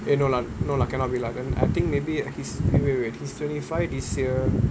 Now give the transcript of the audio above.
eh no lah no lah cannot be lah then I think maybe he's wait wait he's twenty five this year